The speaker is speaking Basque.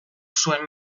zuen